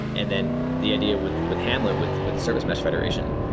and then the idea with with ham let, with with the service mesh federation,